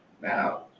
Now